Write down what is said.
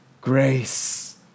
grace